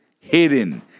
hidden